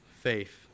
faith